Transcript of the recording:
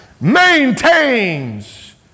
maintains